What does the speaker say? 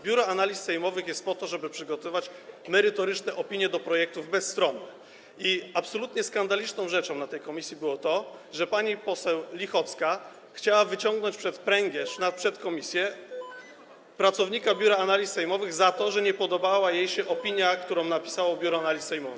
Biuro Analiz Sejmowych jest po to, żeby przygotowywać merytoryczne opinie do projektów, bezstronne, i absolutnie skandaliczną rzeczą w tej komisji było to, że pani poseł Lichocka chciała postawić pod pręgierzem, przed komisją pracownika Biura Analiz Sejmowych za to, że nie podobała jej się opinia, którą napisało Biuro Analiz Sejmowych.